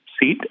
seat